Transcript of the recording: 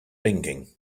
thinking